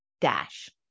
Dash